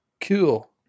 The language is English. Cool